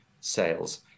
sales